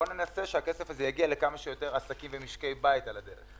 בוא ננסה שהכסף הזה יגיע לכמה שיותר עסקים ומשקי בית על הדרך.